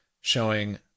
showing